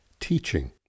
Teaching